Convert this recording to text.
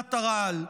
מכונת הרעל.